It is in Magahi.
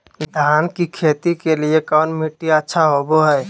धान की खेती के लिए कौन मिट्टी अच्छा होबो है?